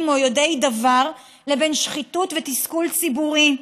או יודעי דבר לבין שחיתות ותסכול ציבורי,